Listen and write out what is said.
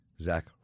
Zach